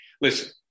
listen